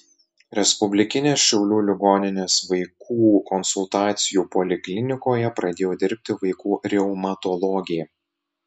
respublikinės šiaulių ligoninės vaikų konsultacijų poliklinikoje pradėjo dirbti vaikų reumatologė